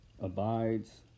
abides